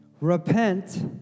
Repent